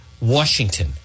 Washington